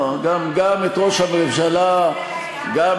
ראש הממשלה היה שבוי,